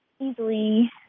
easily